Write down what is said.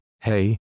hey